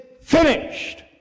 finished